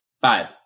Five